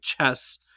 chess